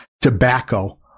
Tobacco